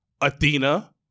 Athena